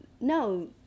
no